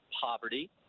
poverty